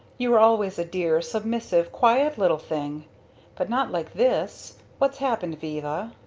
you were always a dear, submissive quiet little thing but not like this. what's happened viva?